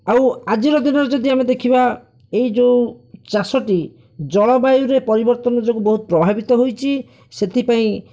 ଆଉ ଆଜିର ଦିନରେ ଯଦି ଆମେ ଦେଖିବା ଏହି ଯେଉଁ ଚାଷଟି ଜଳବାୟୁରେ ପରିବର୍ତ୍ତନ ଯୋଗୁଁ ବହୁତ ପ୍ରଭାବିତ ହୋଇଛି ସେଥିପାଇଁ